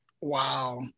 Wow